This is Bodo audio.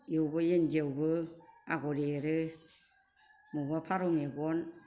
बेयावबो इन्दियावबो आगर एरो बबावबा फारौ मेगन